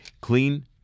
Clean